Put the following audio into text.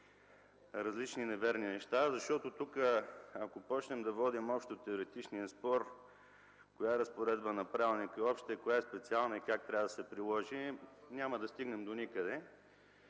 различни неверни неща. Ако започнем да водим общотеоретичния спор коя разпоредба на правилника е обща, коя специална и как трябва да се приложи, няма да стигнем до никъде.